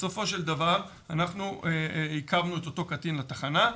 בסופו של דבר אנחנו עיכבנו את אותו קטין לתחנה,